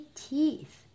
teeth